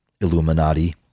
Illuminati